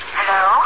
Hello